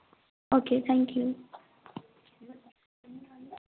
okay thank you